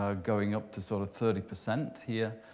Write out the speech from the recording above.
um going up to sort of thirty percent here.